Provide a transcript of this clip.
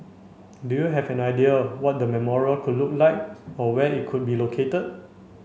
do you have an idea what the memorial could look like or where it could be located